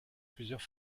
plusieurs